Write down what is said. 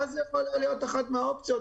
הקלטה זו יכולה להיות אחת מהאופציות,